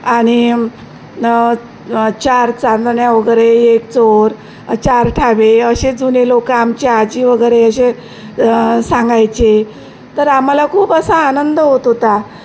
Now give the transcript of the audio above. आणि न चार चांदण्या वगैरे एक चोर चार ठावे असे जुने लोकं आमच्या आजी वगैरे असे सांगायचे तर आम्हाला खूप असा आनंद होत होता